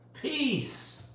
peace